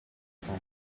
from